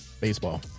baseball